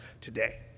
today